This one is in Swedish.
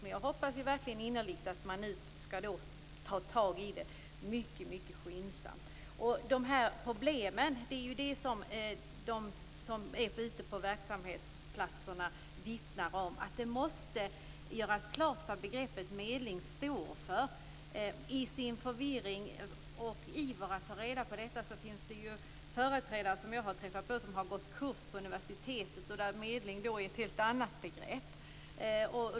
Jag hoppas verkligen innerligt att man nu tar tag i det mycket skyndsamt. De som befinner sig ute i verksamheterna vittnar om att det måste göras klart vad begreppet "medling" står för. Jag har träffat på personer som i sin förvirring och sin iver att ta reda på detta har gått kurser på universitetet, där "medling" är ett helt annat begrepp.